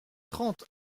trente